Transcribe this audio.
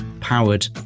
powered